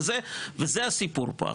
וזה הסיפור פה.